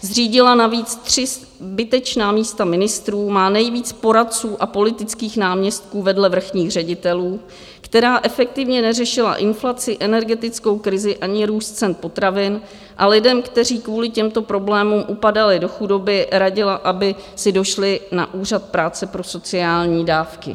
Zřídila navíc tři zbytečná místa ministrů, má nejvíc poradců a politických náměstků vedle vrchních ředitelů, která efektivně neřešila inflaci, energetickou krizi ani růst cen potravin, a lidem, kteří kvůli těmto problémům upadali do chudoby, radila, aby si došli na Úřad práce pro sociální dávky.